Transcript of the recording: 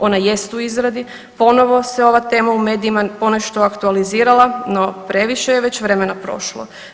Ona jest u izradi, ponovo se ova tema u medijima ponešto aktualizirala, no previše je već vremena prošlo.